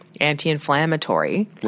anti-inflammatory